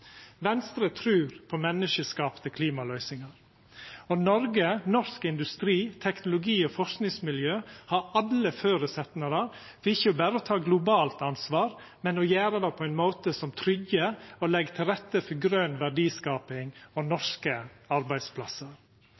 Venstre trur på menneskeskapte klimaløysingar, og Noreg, norsk industri og teknologi og norske forskingsmiljø har alle føresetnader til ikkje berre å ta globalt ansvar, men å gjera det på ein måte som tryggjer og legg til rette for grøn verdiskaping og norske arbeidsplassar.